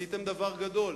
עשיתם דבר גדול.